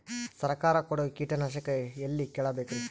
ಸರಕಾರ ಕೊಡೋ ಕೀಟನಾಶಕ ಎಳ್ಳಿ ಕೇಳ ಬೇಕರಿ?